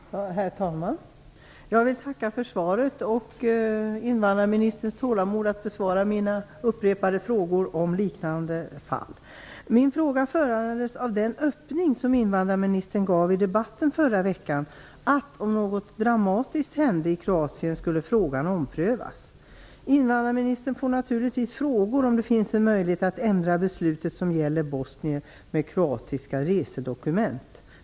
Herr talman! Jag vill tacka för svaret och för invandrarministerns tålamod att besvara mina upprepade frågor om liknande fall. Min fråga föranleds av den öppning som invandrarministern gav i debatten förra veckan, att om något dramatiskt hände i Kroatien skulle frågan omprövas. Det ställs naturligtvis frågor till invandrarministern om det finns en möjlighet att ändra beslutet som gäller bosnier med kroatiska resedokument.